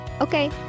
Okay